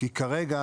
כרגע,